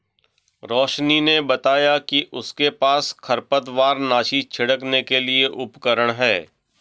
रोशिनी ने बताया कि उसके पास खरपतवारनाशी छिड़कने के लिए उपकरण है